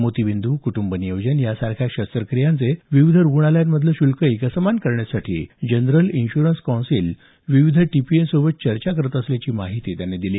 मोतीबिंदू कुटुंब नियोजन यासारख्या शस्त्रक्रियांचे विविध रुग्णालयांमधले शुल्क एकसमान करण्यासाठी जनरल इन्शुरन्स कौन्सिल विविध टीपीएसोबत चर्चा करत असल्याची माहिती त्यांनी दिली